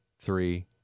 three